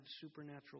supernatural